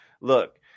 Look